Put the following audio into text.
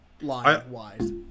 line-wise